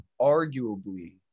arguably